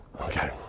Okay